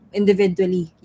individually